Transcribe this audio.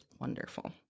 wonderful